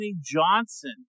Johnson